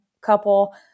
couple